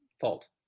fault